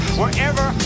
wherever